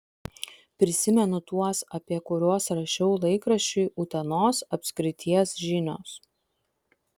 prisimenu tuos apie kuriuos rašiau laikraščiui utenos apskrities žinios